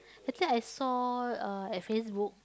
I think I saw uh at Facebook